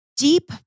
Deep